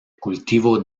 cultivo